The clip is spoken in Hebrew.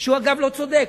שהוא אגב לא צודק,